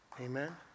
Amen